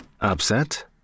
upset